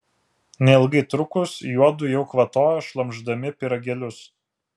neilgai trukus juodu jau kvatojo šlamšdami pyragėlius